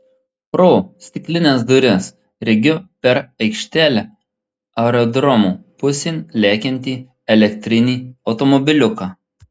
pro stiklines duris regiu per aikštelę aerodromo pusėn lekiantį elektrinį automobiliuką